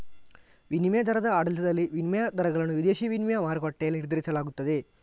ವಿನಿಮಯ ದರದ ಆಡಳಿತದಲ್ಲಿ, ವಿನಿಮಯ ದರಗಳನ್ನು ವಿದೇಶಿ ವಿನಿಮಯ ಮಾರುಕಟ್ಟೆಯಲ್ಲಿ ನಿರ್ಧರಿಸಲಾಗುತ್ತದೆ